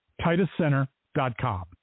TitusCenter.com